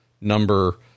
number